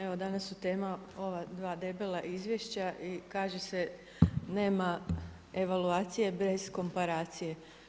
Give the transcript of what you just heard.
Evo danas su tema ova dva debela izvješća i kaže se nema evaluacije bez komparacije.